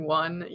one